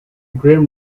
grim